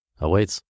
awaits